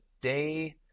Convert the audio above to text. day